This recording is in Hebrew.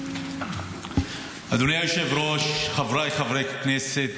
אדוני היושב-ראש, חבריי חברי הכנסת,